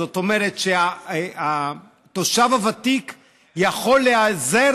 זאת אומרת שהתושב הוותיק יכול להיעזר